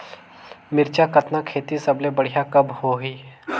मिरचा कतना खेती सबले बढ़िया कब होही?